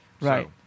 Right